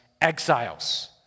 exiles